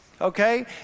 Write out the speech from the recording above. okay